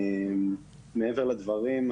מעבר לדברים,